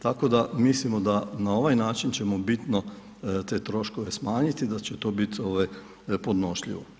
Tako da mislimo da na ovaj način ćemo bitno te troškove smanjiti da će to biti ovaj podnošljivo.